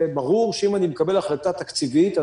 ברור שאם אני מקבל החלטה תקציבית,